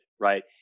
right